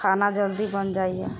खाना जल्दी बन जाइया